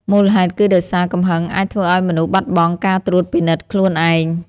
មូលហេតុគឺដោយសារកំហឹងអាចធ្វើឲ្យមនុស្សបាត់បង់ការត្រួតពិនិត្យខ្លួនឯង។